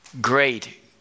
great